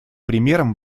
примером